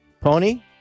Pony